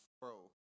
bro